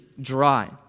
dry